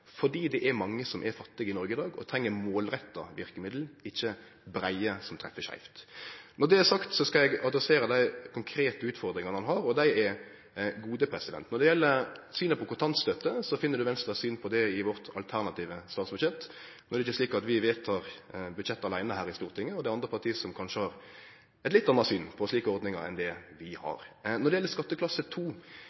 Noreg i dag og treng målretta verkemiddel, ikkje breie, som treffer skeivt. Når det er sagt, skal eg adressere dei konkrete utfordringane han har – og dei er gode. Når det gjeld synet på kontantstøtte, finn ein Venstres syn på det i vårt alternative statsbudsjett. No er det ikkje slik at vi vedtar budsjettet aleine her i Stortinget, og det er andre parti som kanskje har eit litt anna syn på slike ordningar enn det vi